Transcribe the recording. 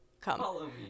Come